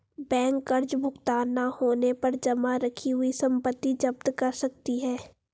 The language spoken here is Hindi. बैंक कर्ज भुगतान न होने पर जमा रखी हुई संपत्ति जप्त कर सकती है